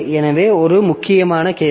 எனவே இது ஒரு முக்கியமான கேள்வி